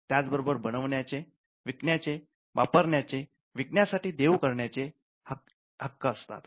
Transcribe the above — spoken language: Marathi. त्याच बरोबर बनवण्याचे विकण्याचे वापरण्याचेविकण्यासाठी देऊ करण्याचे यांचे हक्क असतात